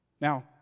Now